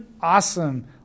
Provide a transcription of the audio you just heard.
awesome